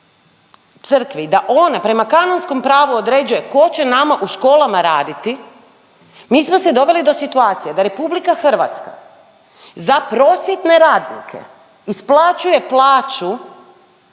crkvi da ona prema Kanonskom pravu određuje tko će nama u školama raditi, mi smo se doveli do situacije da RH za prosvjetne radnike isplaćuje plaću